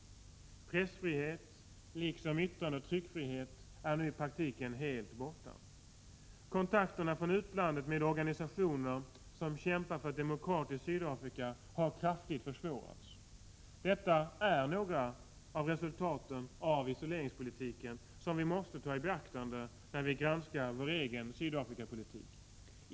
Pressfrihet liksom yttrandeoch tryckfrihet är nu i praktiken helt borta. Kontakterna från utlandet med organisationer som kämpar för ett demokratiskt Sydafrika har kraftigt försvårats. Detta är några av de resultat av isoleringspolitiken som vi måste ta i beaktande när vi granskar vår egen Sydafrikapolitik.